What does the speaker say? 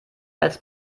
als